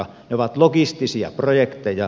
ne ovat logistisia projekteja